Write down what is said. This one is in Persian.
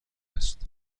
است